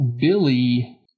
Billy